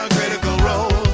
criticalrole